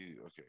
Okay